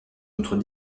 notre